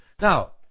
Now